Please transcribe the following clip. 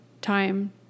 time